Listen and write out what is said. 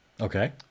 Okay